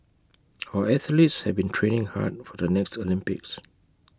our athletes have been training hard for the next Olympics